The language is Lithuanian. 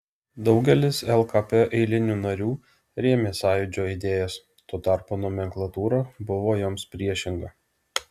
daugelis lkp eilinių narių rėmė sąjūdžio idėjas tuo tarpu nomenklatūra buvo joms priešinga